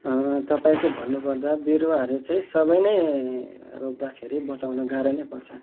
तपाईँको भन्नुपर्दा विरूवाहरू चाहिँ सबै नै रोप्दाखेरि बचाउनु गाह्रो नै पर्छ